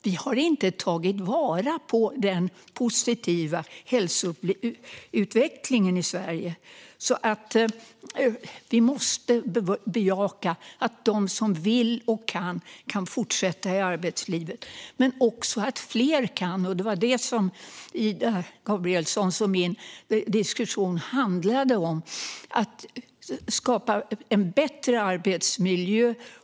Vi har inte tagit vara på den positiva hälsoutvecklingen i Sverige. Vi måste bejaka att de som vill och kan ska ha möjlighet att fortsätta i arbetslivet, och också att fler kan. Det var detta som Ida Gabrielssons och min diskussion handlade om. Det handlade om att skapa en bättre arbetsmiljö.